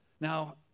Now